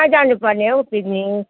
कहाँ जानु पर्ने हौ पिकनिक